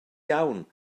iawn